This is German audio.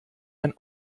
ein